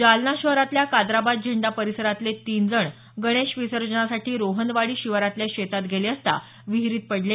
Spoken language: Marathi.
जालना शहराल्या काद्राबाद झेंडा परिसरातले तीन जण गणेश विसर्जनासाठी रोहनवाडी शिवारातल्या शेतात गेले असता विहीरीत पडले